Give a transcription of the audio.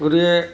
গতিকে